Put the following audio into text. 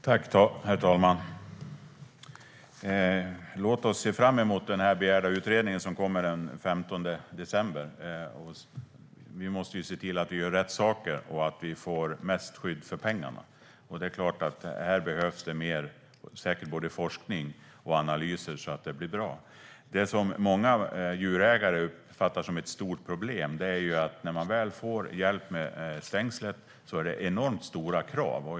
Herr talman! Låt oss se fram emot den begärda utredningen som kommer den 15 december. Vi måste se till att vi gör rätt saker och att vi får mest skydd för pengarna. Här behövs mer forskning och analys. Det som många djurägare uppfattar som ett stort problem är att det, när de väl får hjälp med stängslet, ställs enormt stora krav.